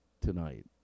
tonight